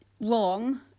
wrong